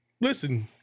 listen